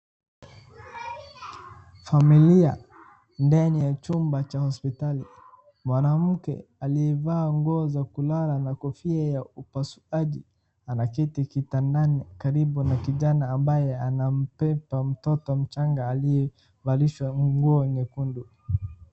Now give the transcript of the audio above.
Familia ndani ya chumba cha hospitali. Mwanamke aliyevaa nguo za kulala na kofia ya upasuaji, anaketi kitandani karibu na kijana ambaye anambeba mtoto mchanga aliyevishwa nguo nyekundu.